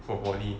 for poly